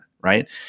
Right